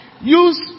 use